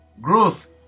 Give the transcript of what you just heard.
Growth